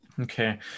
Okay